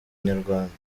inyarwanda